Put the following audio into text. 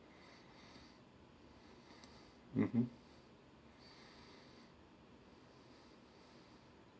mmhmm